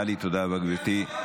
טלי, תודה רבה, גברתי.